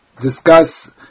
discuss